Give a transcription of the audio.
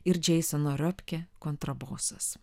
ir džeisono ropke kontrabosas